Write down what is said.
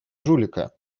жулика